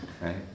right